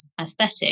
aesthetic